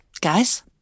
guys